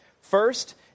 First